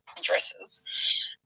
dresses